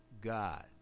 God